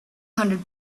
hundred